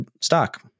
stock